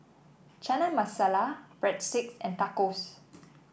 Chana Masala Breadsticks and Tacos